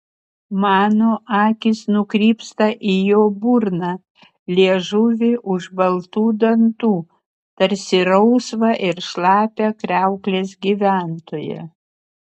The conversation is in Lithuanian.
mano akys nukrypsta į jo burną liežuvį už baltų dantų tarsi rausvą ir šlapią kriauklės gyventoją